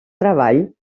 treball